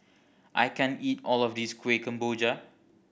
I can't eat all of this Kueh Kemboja